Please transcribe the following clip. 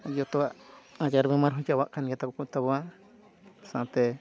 ᱡᱚᱛᱚᱣᱟᱜ ᱟᱡᱟᱨ ᱵᱤᱢᱟᱨ ᱦᱚᱸ ᱪᱟᱵᱟᱱ ᱠᱟᱱ ᱛᱟᱵᱚᱣᱟ ᱥᱟᱶᱛᱮ